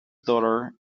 daughter